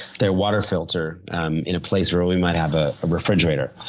their water filter in a place where we might have a refrigerator.